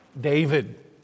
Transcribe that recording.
David